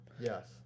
Yes